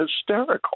hysterical